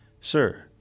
Sir